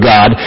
God